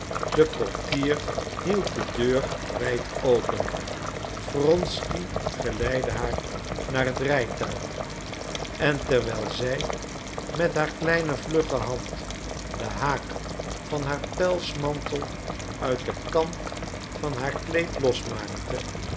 de portier hield de deur wijd open wronsky geleidde haar naar het rijtuig en terwijl zij met haar kleine vlugge hand den haak van haar pelsmantel uit de kant van haar kleed losmaakte